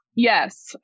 Yes